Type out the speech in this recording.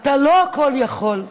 אתה לא כל יכול.